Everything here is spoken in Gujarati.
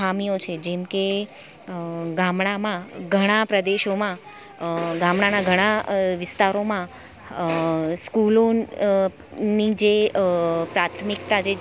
ખામીઓ છે જેમકે ગામડામાં ઘણા પ્રદેશોમાં ગામડાના ઘણા વિસ્તારોમાં સ્કૂલો ની જે પ્રાથમિકતા જે